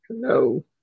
Hello